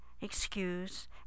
excuse